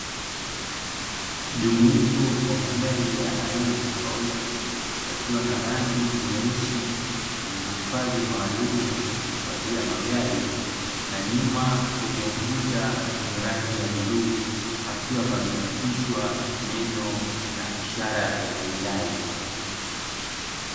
Mjumuiko wa magari ya aina tofauti, yakiwa na rangi nyeusi kwenye hifadhi maalumu ya kuhifadhia magari, na nyuma kwenye ukuta wenye rangi ya bluu pakiwa pamechapishwa neno na ishara ya "HYUNDAI".